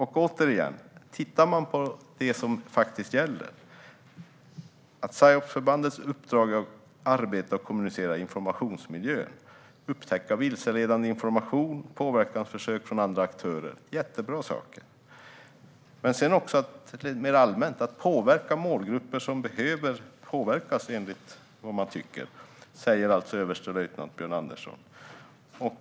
Det som gäller är alltså återigen att psyopsförbandets uppdrag är arbeta och kommunicera i informationsmiljöer och att upptäcka vilseledande information och påverkansförsök från andra aktörer - jättebra saker. Enligt överstelöjtnant Björn Andersson handlar det vidare om att påverka målgrupper som behöver påverkas, enligt vad man tycker.